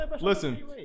Listen